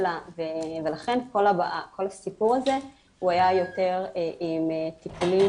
לכן כל הסיפור הזה היה יותר עם טיפולים